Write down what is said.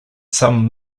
some